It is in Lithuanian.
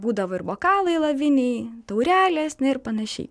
būdavo ir bokalai alaviniai taurelės na ir panašiai